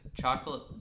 chocolate